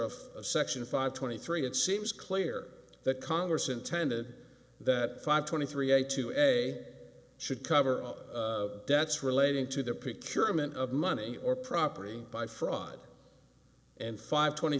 of section five twenty three it seems clear that congress intended that five twenty three a to ebay should cover all debts relating to the pick your amount of money or property by fraud and five twenty